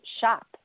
shop